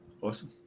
Awesome